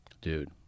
Dude